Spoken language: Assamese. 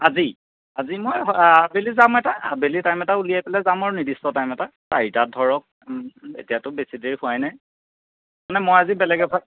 আজি আজি মই আবেলি যাম এটা আবেলি টাইম এটা উলিয়াই পেলাই যাম আৰু নিৰ্দিষ্ট টাইম এটাত চাৰিটাত ধৰক এতিয়াটো বেছি দেৰি হোৱাই নাই নাই মই আজি বেলেগ এটা